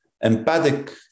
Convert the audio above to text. empathic